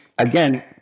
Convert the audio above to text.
Again